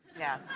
yeah.